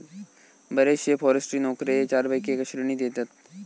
बरेचशे फॉरेस्ट्री नोकरे चारपैकी एका श्रेणीत येतत